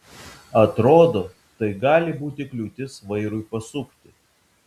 atrodo tai gali būti kliūtis vairui pasukti